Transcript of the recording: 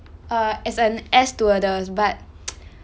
err as an air stewardess but